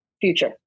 future